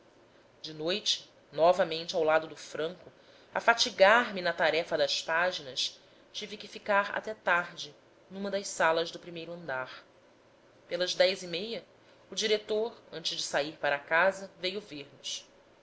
de noite novamente ao lado do franco a fatigar me na tarefa das páginas tive que ficar até tarde numa das salas do primeiro andar pelas dez e meia o diretor antes de sair para casa veio ver-nos